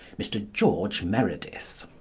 mr george meredith.